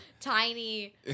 tiny